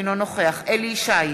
אינו נוכח אליהו ישי,